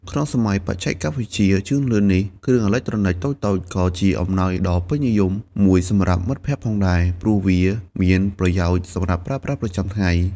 ក្នុងសម័យបច្ចេកវិទ្យាជឿនលឿននេះ គ្រឿងអេឡិចត្រូនិចតូចៗក៏ជាអំណោយដ៏ពេញនិយមមួយសម្រាប់មិត្តភក្តិផងដែរ ព្រោះវាមានប្រយោជន៍សម្រាប់ប្រើប្រាស់ប្រចាំថ្ងៃ។